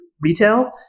retail